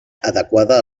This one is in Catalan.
adequada